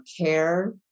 care